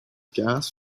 gas